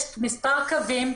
יש מספר קווים,